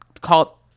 call